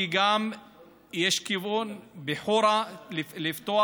כי יש כיוון לפתוח גם בחורה בדרום,